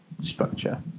structure